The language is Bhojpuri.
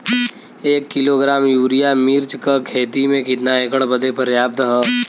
एक किलोग्राम यूरिया मिर्च क खेती में कितना एकड़ बदे पर्याप्त ह?